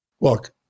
Look